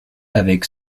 avec